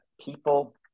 people